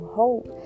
hope